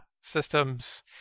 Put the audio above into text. systems